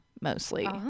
mostly